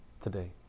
today